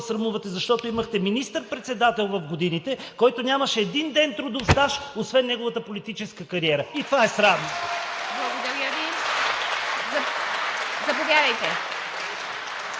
срамувате, защото имахте министър-председател в годините, който нямаше един ден трудов стаж освен неговата политическа кариера. И това е… (Силен шум, бурни ръкопляскания